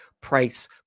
price